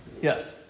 Yes